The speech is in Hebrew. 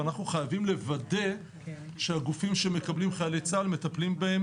ואנחנו חייבים לוודא שהגופים שמקבלים חיילי צה"ל מטפלים בהם